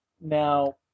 Now